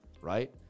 right